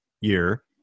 year